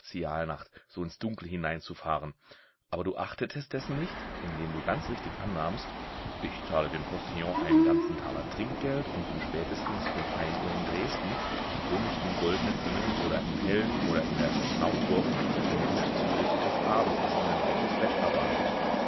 so ins dunkle hineinzufahren aber du achtetest dessen nicht indem du ganz richtig annahmst ich zahle dem postillion einen ganzen taler trinkgeld und bin spätestens um ein uhr in dresden wo mich im goldnen engel oder im helm oder in der stadt naumburg ein gut zugerichtetes abendessen und ein weiches bett erwartet